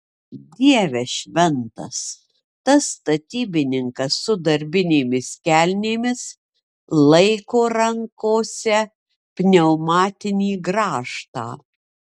dieve šventas tas statybininkas su darbinėmis kelnėmis laiko rankose pneumatinį grąžtą